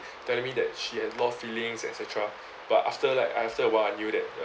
telling me that she had lost feelings et cetera but after like after awhile I knew that uh